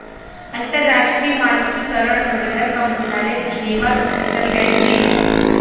अंतर्राष्ट्रीय मानकीकरण संगठन क मुख्यालय जिनेवा स्विट्जरलैंड में हौ